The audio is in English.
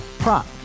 Prop